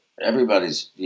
everybody's